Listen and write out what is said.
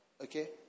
Okay